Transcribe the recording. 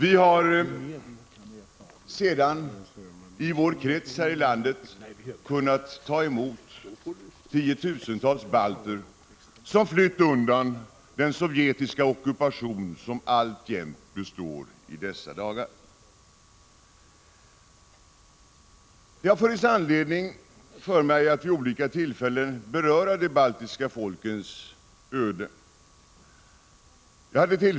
I vår krets här i landet har vi sedan kunnat ta emot tiotusentals balter som flytt undan den sovjetiska ockupation som i dessa dagar alltjämt består. Det har funnits anledning för mig att vid olika tillfällen beröra de baltiska folkens öde.